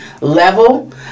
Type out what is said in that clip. level